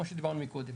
כמו שדיברנו מקודם,